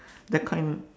that kind